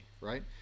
right